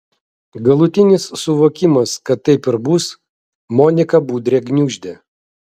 galutinis suvokimas kad taip ir bus moniką budrę gniuždė